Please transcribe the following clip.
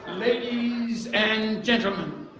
ladies and gentlemen,